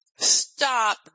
Stop